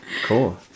Cool